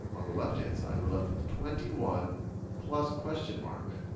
on the left-hand side we're left with twenty one plus question mark.